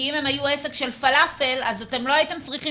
כי אם הם היו עסק של פלאפל אז הם לא היו תלויים